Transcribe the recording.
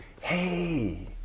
hey